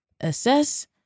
assess